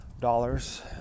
dollars